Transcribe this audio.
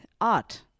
art